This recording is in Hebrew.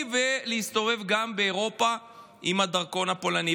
ולהסתובב גם באירופה עם הדרכון הפולני.